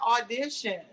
audition